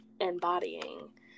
embodying